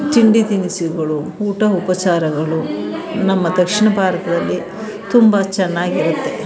ತಿಂಡಿ ತಿನಿಸುಗಳು ಊಟ ಉಪಚಾರಗಳು ನಮ್ಮ ದಕ್ಷಿಣ ಭಾರತದಲ್ಲಿ ತುಂಬ ಚೆನ್ನಾಗಿರುತ್ತೆ